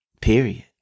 Period